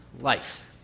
life